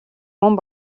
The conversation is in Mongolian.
мөн